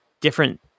different